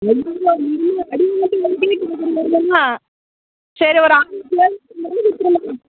ம்மா சரி ஒரு ஆயிரத்தி ஏழ்நூற்றம்பது ரூவா கொடுத்துரும்மா